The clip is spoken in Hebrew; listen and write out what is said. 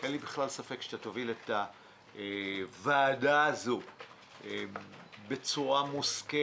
אין לי בכלל ספק שאתה תוביל את הוועדה הזו בצורה מושכלת,